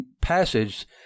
passage